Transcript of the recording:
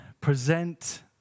present